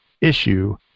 issue